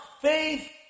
faith